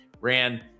ran